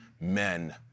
men